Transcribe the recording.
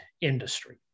industry